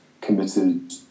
committed